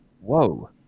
whoa